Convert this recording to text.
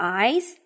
eyes